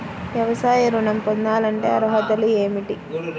వ్యవసాయ ఋణం పొందాలంటే అర్హతలు ఏమిటి?